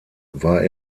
war